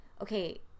okay